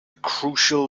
crucial